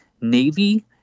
Navy